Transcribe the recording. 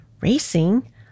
racing